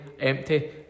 empty